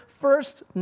first